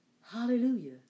Hallelujah